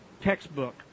textbook